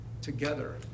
together